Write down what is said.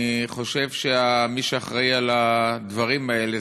אני חושב שמי שאחראי לדברים האלה,